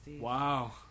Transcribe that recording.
Wow